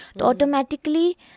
automatically